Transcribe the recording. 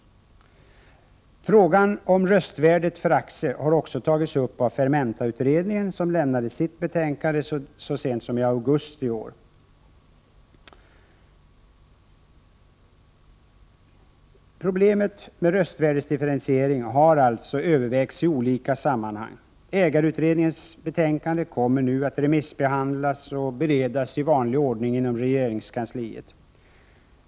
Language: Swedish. Frågan om röstvärdet för aktier har också tagits upp av Fermentautredningen, som lämnat sitt betänkande så sent som i augusti i år. Problemet med röstvärdesdifferentiering har alltså övervägts i olika sammanhang. Ägarutredningens betänkande kommer nu att remissbehandlas och beredas i vanlig ordning inom regeringskansliet.